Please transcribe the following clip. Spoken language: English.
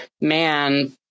man